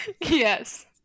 Yes